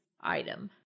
item